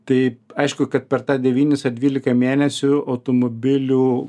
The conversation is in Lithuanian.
tai aišku kad per tą devynis ar dvylika mėnesių automobilių